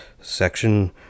section